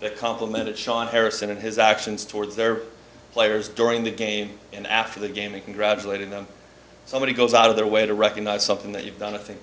that complimented shawn harrison and his actions towards their players during the game and after the game we congratulated them somebody goes out of their way to recognize something that you've done i think